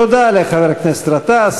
תודה לחבר הכנסת גטאס.